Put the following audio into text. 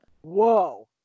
Whoa